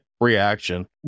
reaction